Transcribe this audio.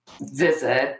visit